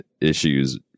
issues